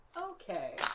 Okay